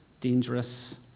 dangerous